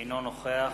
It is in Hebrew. אינו נוכח